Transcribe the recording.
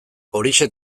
horixe